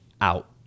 out